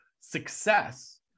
success